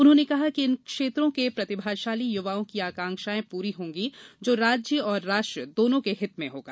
उन्होंने कहा कि इन क्षेत्रों के प्रतिभाशाली युवाओं की आकांक्षाएं पूरी होंगी जो राज्य और राष्ट्र दोनों के हित में होगा